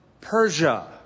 Persia